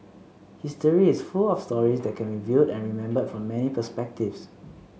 history is full of stories that can be viewed and remembered from many perspectives